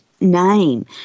name